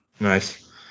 nice